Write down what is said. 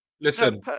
Listen